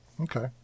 Okay